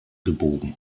gebogen